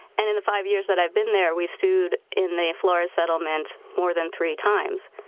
and in the five years that i've been there, we've sued in the flores settlement more than three times.